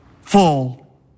Full